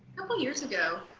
couple of years ago.